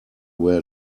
where